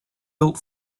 built